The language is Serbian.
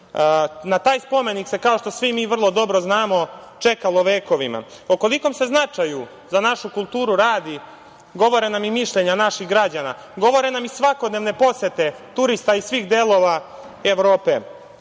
Na taj spomenik se kao što svi mi vrlo dobro znamo, čekalo vekovima. O kolikom se značaju za našu kulturu radi, govore nam i mišljenja naših građana. Govore nam i svakodnevne posete turista i svih delova Evrope.